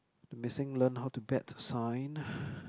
the missing learn how to bet sign